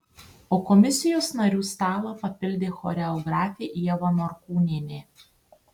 o komisijos narių stalą papildė choreografė ieva norkūnienė